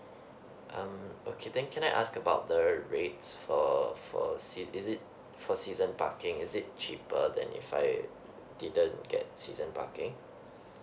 um okay then can I ask about the rates for for sea~ is it for season parking is it cheaper than if I didn't get season parking